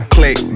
Click